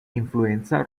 influenza